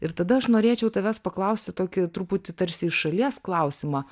ir tada aš norėčiau tavęs paklausti tokį truputį tarsi iš šalies klausimą